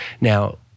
Now